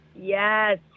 Yes